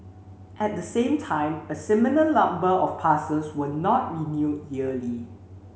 at the same time a similar number of passes were not renewed yearly